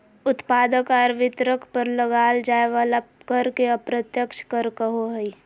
उत्पादक आर वितरक पर लगाल जाय वला कर के अप्रत्यक्ष कर कहो हइ